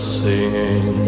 singing